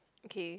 okay